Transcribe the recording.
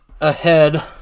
ahead